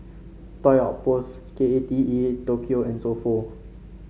Toy Outpost K A T E Tokyo and So Pho